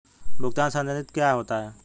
भुगतान संसाधित क्या होता है?